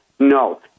No